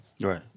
Right